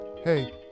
Hey